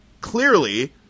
clearly